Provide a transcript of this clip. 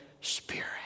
Spirit